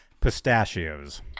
pistachios